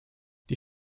die